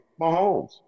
Mahomes